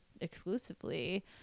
exclusively